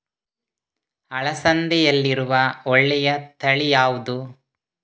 ಅಲಸಂದೆಯಲ್ಲಿರುವ ಒಳ್ಳೆಯ ತಳಿ ಯಾವ್ದು?